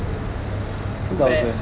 too bad